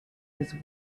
his